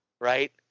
right